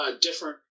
different